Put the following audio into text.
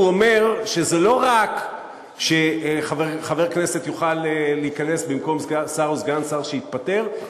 הוא אומר שזה לא רק שחבר כנסת יוכל להיכנס במקום שר או סגן שר שיתפטר,